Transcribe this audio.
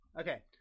Okay